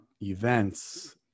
events